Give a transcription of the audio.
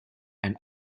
and